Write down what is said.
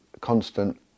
constant